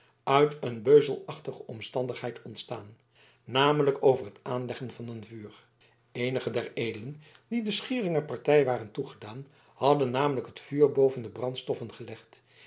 uit een beuzelachtige omstandigheid ontstaan namelijk over het aanleggen van het vuur eenigen der edelen die de schieringer partij waren toegedaan hadden namelijk het vuur boven de brandstoffen gelegd